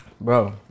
Bro